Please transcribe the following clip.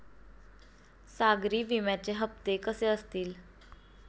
सागरी विम्याचे हप्ते कसे असतील?